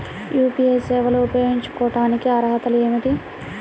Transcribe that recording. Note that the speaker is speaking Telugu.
యూ.పీ.ఐ సేవలు ఉపయోగించుకోటానికి అర్హతలు ఏమిటీ?